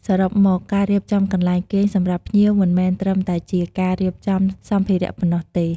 សរុបមក ការរៀបចំកន្លែងគេងសម្រាប់ភ្ញៀវមិនមែនត្រឹមតែជាការរៀបចំសម្ភារៈប៉ុណ្ណោះទេ។